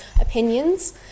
opinions